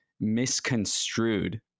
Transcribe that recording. misconstrued